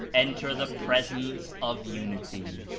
enter the presence of unity.